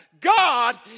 God